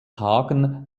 hagen